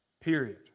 period